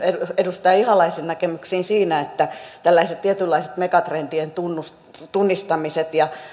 edustaja ihalaisen näkemyksiin siinä että tällaiset tietynlaiset megatrendien tunnistamiset tunnistamiset ja